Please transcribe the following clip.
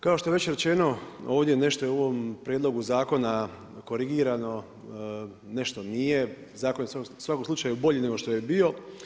Kao što je već rečeno ovdje je nešto u ovom prijedlogu zakona korigirano, nešto nije, zakon je u svakom slučaju bolji nego što je bio.